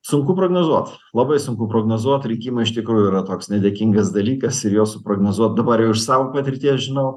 sunku prognozuot labai sunku prognozuot rinkimai iš tikrųjų yra toks nedėkingas dalykas ir juos suprognozuot dabar jau iš savo patirties žinau